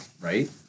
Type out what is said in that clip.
right